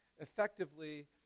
effectively